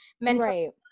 mental